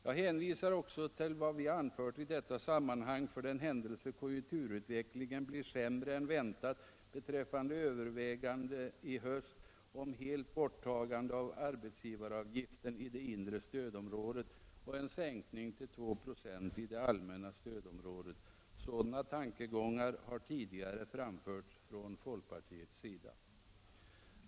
Jag hänvisar också till vad vi anfört i detta sammanhang beträffande övervägande i höst, för den händelse konjunkturutvecklingen blir sämre än väntat, om helt borttagande av arbetsgivaravgiften i det inre stödområdet och en sänkning till 2 96 i det allmänna stödområdet. Sådana tankegångar har tidigare framförts från folkpartiets sida.